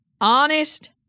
honest